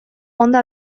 ondo